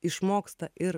išmoksta ir